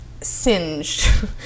singed